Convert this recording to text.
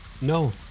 No